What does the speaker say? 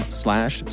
slash